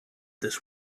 this